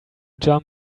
jump